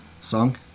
song